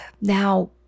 Now